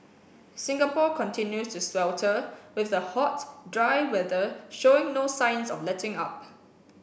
Singapore continues to swelter with the hot dry weather showing no signs of letting up